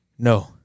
No